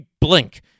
blink